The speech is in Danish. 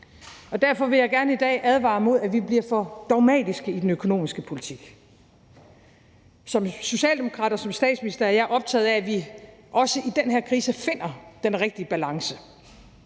Derfor vil jeg i dag gerne advare mod, at vi bliver for dogmatiske i den økonomiske politik. Som socialdemokrat og som statsminister er jeg optaget af, at vi også i den her krise finder den rigtige balance.